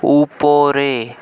উপরে